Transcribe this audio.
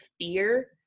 fear